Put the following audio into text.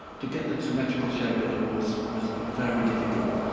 to get the symmetrical shape of the horse was very difficult,